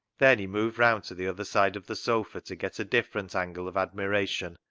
then he moved round to the other side of the sofa to get a different angle of admiration,